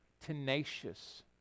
tenacious